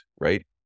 right